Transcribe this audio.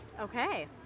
Okay